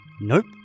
Nope